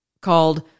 called